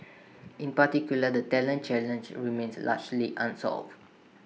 in particular the talent challenge remains largely unsolved